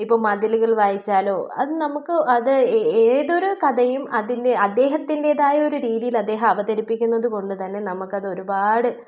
ഇപ്പം മതിലുകൾ വായിച്ചാലോ അത് നമുക്ക് അത് ഏതൊരു കഥയും അതിൻ്റെ അദ്ദേഹത്തിൻറ്റേതായ ഒരു രീതിയിൽ അദ്ദേഹം അവതരിപ്പിക്കുന്നത് കൊണ്ട് തന്നെ നമുക്കതൊരുപാട്